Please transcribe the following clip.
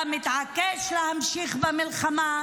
אתה מתעקש להמשיך במלחמה,